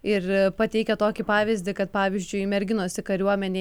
ir pateikė tokį pavyzdį kad pavyzdžiui merginos į kariuomenę